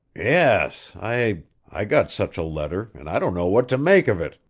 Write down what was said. yes, i i got such a letter and i don't know what to make of it,